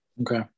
Okay